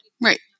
Right